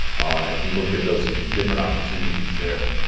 and look at those different opportunities there.